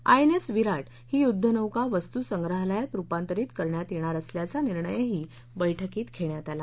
INS Viraat ही युद्धनौका वस्तुसंग्रहालयात रुपांतरित करण्यात येणार असल्याचा निर्णयही बैठकीत घेण्यात आला